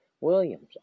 Williams